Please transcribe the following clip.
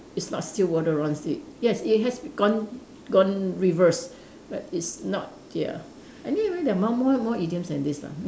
it's not still water runs deep yes it has gone gone reverse but it's not ya anyway there are more more more idioms than this lah